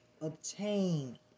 obtain